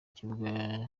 ikibuga